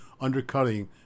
undercutting